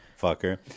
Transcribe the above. fucker